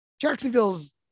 Jacksonville's